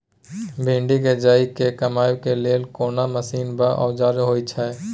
भिंडी के जईर के कमबै के लेल कोन मसीन व औजार होय छै?